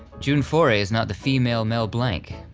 june foray is not the female mel blanc.